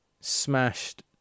smashed